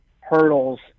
hurdles